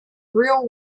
real